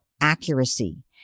accuracy